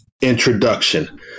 Introduction